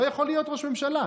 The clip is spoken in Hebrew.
הוא לא יכול להיות ראש ממשלה.